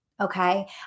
Okay